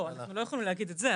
לא, אנחנו לא יכולים להגיד את זה.